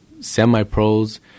semi-pros